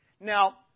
Now